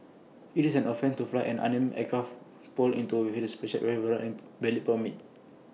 IT is an offence to fly an unmanned aircraft or into within the special event area without A valid permit